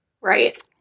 Right